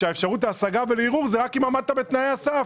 שהאפשרות להשגה ולערעור זה רק אם עמדת בתנאי הסף,